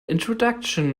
introduction